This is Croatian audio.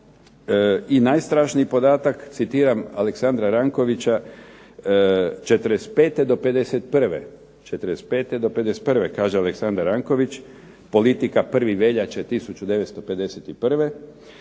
I najstrašniji podatak, citiram Aleksandra Rankovića '45. do '51. kaže Aleksandar Ranković politika 1. veljače 1951.